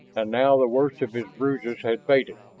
and now the worst of his bruises had faded.